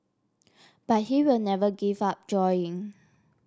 but he will never give up drawing